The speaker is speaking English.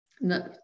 no